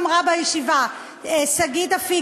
שגית אפיק,